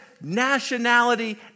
nationality